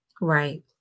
Right